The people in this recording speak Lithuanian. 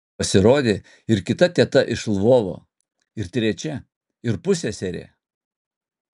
pasirodė ir kita teta iš lvovo ir trečia ir pusseserė